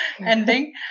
ending